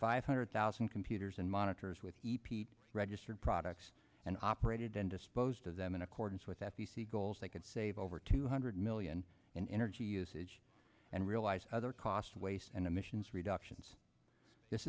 five hundred thousand computers and monitors with epeat registered products and operated then disposed of them in accordance with f e c goals they could save over two hundred million in energy usage and realize other costs waste and emissions reductions this